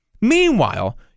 Meanwhile